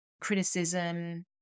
criticism